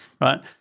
Right